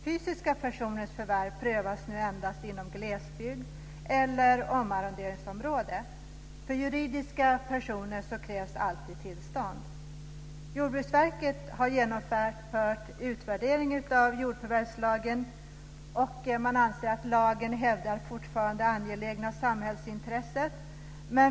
Fysiska personers förvärv prövas nu endast inom glesbygd eller omarronderingsområde. För juridiska personer krävs alltid tillstånd. Jordbruksverket har genomfört en utvärdering av jordförvärvslagen. Man anser att lagen fortfarande hävdar angelägna samhällsintressen.